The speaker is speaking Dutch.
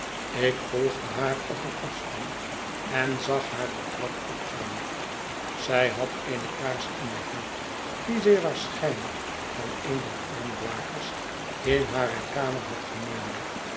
ik volgde haar op een afstand en zag haar de trap opgaan zij had eene kaars in de hand die zij waarschijnlijk van een der armblakers in hare kamer had genomen